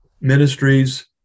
ministries